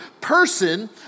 person